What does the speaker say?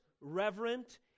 reverent